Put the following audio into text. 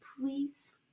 Please